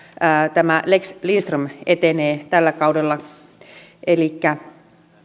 tämä lex lindström etenee tällä kaudella elikkä